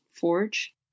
Forge